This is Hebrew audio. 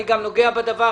אני גם נוגע בדבר,